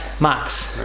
Max